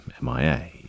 MIA